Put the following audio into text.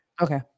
Okay